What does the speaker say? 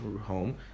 home